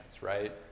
right